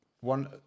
one